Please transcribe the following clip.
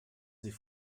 sie